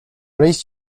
least